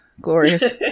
glorious